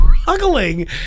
Struggling